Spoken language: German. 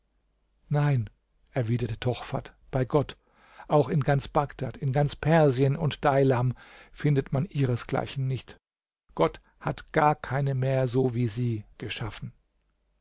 nein erwiderte tochfat bei gott auch in ganz bagdad in ganz persien und deilam findet man ihresgleichen nicht gott hat gar keine mehr so wie sie geschaffen